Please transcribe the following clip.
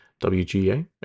WGA